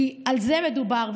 כי על זה מדובר,